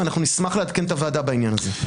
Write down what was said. ואנחנו נשמח לעדכן את הוועדה בעניין הזה.